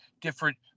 different